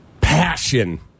passion